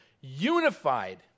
unified